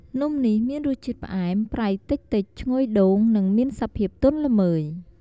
នំនេះមានរសជាតិផ្អែម ប្រៃតិចៗ ឈ្ងុយដូង និងមានសភាពទន់ល្មើយ។